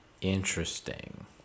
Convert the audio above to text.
Interesting